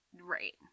Right